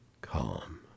calm